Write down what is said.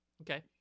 okay